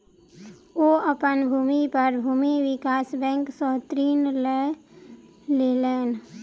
ओ अपन भूमि पर भूमि विकास बैंक सॅ ऋण लय लेलैन